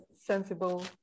sensible